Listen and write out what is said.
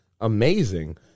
amazing